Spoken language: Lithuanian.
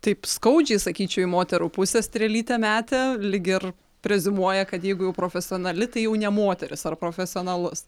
taip skaudžiai sakyčiau į moterų pusės strėlytę metė lyg ir preziumuoja kad jeigu jau profesionali tai jau ne moteris ar profesionalus